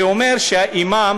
זה אומר שהאימאם,